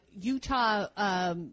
Utah